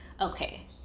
okay